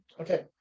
Okay